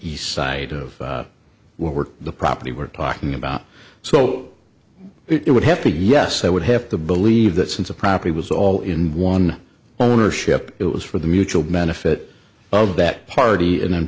east side of what were the property we're talking about so it would have to yes i would have to believe that since the property was all in one ownership it was for the mutual benefit of that party in and